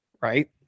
right